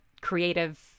creative